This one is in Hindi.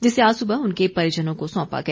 जिसे आज सुबह उनके परिजनों को सौंपा गया